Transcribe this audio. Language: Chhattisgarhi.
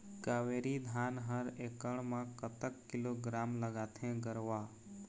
कावेरी धान हर एकड़ म कतक किलोग्राम लगाथें गरवा?